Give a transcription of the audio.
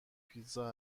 پیتزا